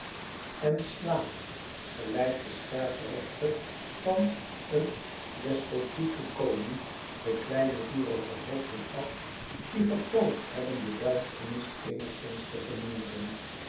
en slaat gelijk de scherprechter van een despotieken koning de kleine vurige hoofden af die gepoogd hebben de duisternis eenigszins te verminderen